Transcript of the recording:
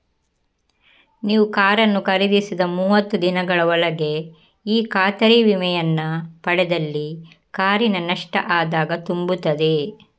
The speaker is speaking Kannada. ನೀವು ಕಾರನ್ನು ಖರೀದಿಸಿದ ಮೂವತ್ತು ದಿನಗಳ ಒಳಗೆ ಈ ಖಾತರಿ ವಿಮೆಯನ್ನ ಪಡೆದಲ್ಲಿ ಕಾರಿನ ನಷ್ಟ ಆದಾಗ ತುಂಬುತ್ತದೆ